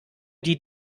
die